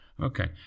Okay